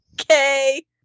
Okay